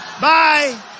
Bye